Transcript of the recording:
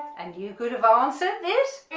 and you could have answered this